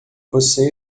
você